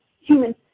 Human